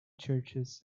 churches